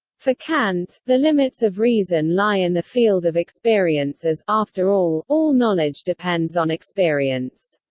for kant, the limits of reason lie in the field of experience as, after all, all knowledge depends on experience.